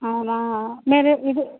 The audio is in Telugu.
అవునా మీరు ఇది